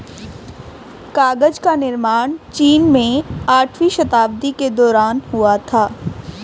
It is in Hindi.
कागज का निर्माण चीन में आठवीं शताब्दी के दौरान हुआ था